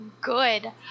Good